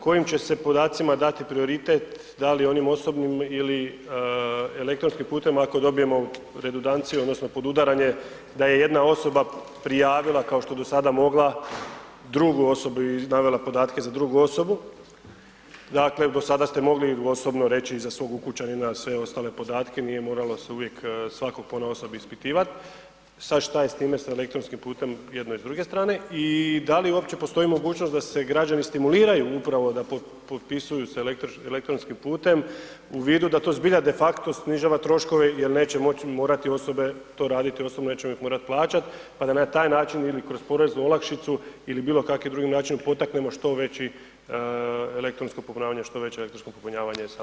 Kojim će se podacima dati prioritet, da li onim osobnim ili elektronskim putem ako dobijemo redundancije odnosno podudaranje da je jedna osoba prijavila kao što je do sada mogla drugu osobu i navela podatke za drugu osobu, dakle do sada ste mogli osobno reći za svog ukućanina sve ostale podatke, nije moralo se uvijek svakog ponaosob ispitivat, sad šta je s time s elektronskim putem jedne i druge strane i da li uopće postoji mogućnost da građani stimuliraju upravo da potpisuju elektronskim putem u vidu da zbija de facto snižava troškove jer neće morati osobe to raditi, osobno nećemo ih morat plaćat pa da na taj način ili bilokakvim drugim načinom potaknemo što veće elektronsko popunjavanje, što veće elektronsko popunjavanje samog obrasca.